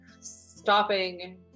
stopping